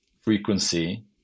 frequency